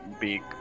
big